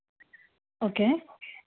okay